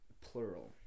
Plural